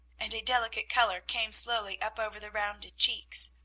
and a delicate color came slowly up over the rounded cheeks.